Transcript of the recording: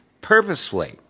purposefully